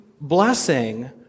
blessing